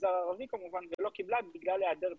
מהמגזר הערבי כמובן, ולא קיבלה בגלל היעדר תקציב.